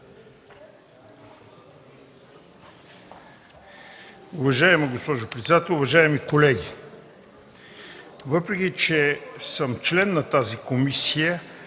Уважаема госпожо председател, уважаеми колеги! Въпреки че съм член на тази комисия,